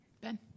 Ben